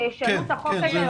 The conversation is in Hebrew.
שישנו את החוק הזה.